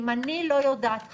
אם אני לא יודעת היום,